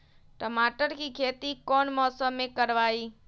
टमाटर की खेती कौन मौसम में करवाई?